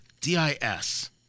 D-I-S